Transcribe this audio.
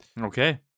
Okay